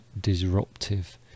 disruptive